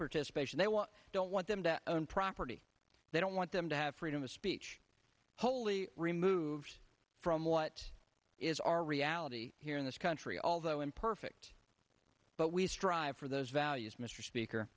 participation they don't want them to own property they don't want them to have freedom of speech wholly removed from what is our reality here in this country although imperfect but we strive for those values mr speaker